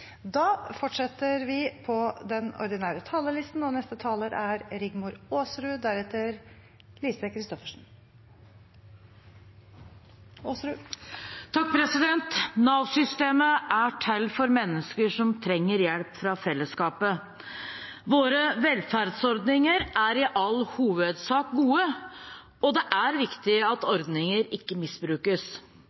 er til for mennesker som trenger hjelp fra fellesskapet. Våre velferdsordninger er i all hovedsak gode, og det er viktig at ordninger ikke misbrukes.